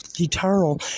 eternal